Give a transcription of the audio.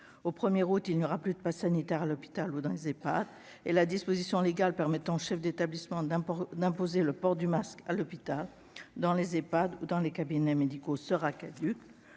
Au 1 août, il n'y aura plus de passe sanitaire à l'hôpital ou dans les Ehpad, et la disposition légale permettant aux chefs d'établissement d'imposer le port du masque à l'hôpital, dans les Ehpad, dans les cabinets médicaux, sera caduque.